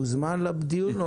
לדיון.